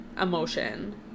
emotion